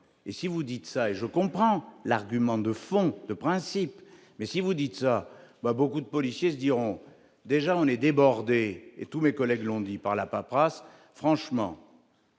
et si vous dites ça et je comprends l'argument de fond le principe, mais si vous dites ça va beaucoup de policiers diront, déjà on est débordé et tous mes collègues l'ont dit, par la paperasse franchement.